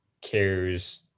cares